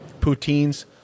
poutines